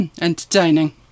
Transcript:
entertaining